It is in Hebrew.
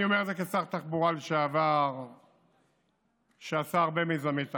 אני אומר את זה כשר תחבורה לשעבר שעשה הרבה מיזמי תחבורה,